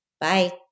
Bye